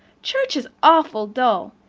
church is awful dull.